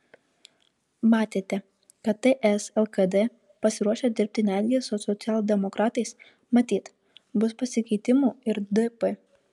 matėte kad ts lkd pasiruošę dirbti netgi su socialdemokratais matyt bus pasikeitimų ir dp